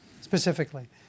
specifically